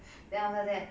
then after that